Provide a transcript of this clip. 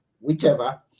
whichever